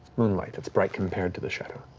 moonlight, it's bright compared to the shadow.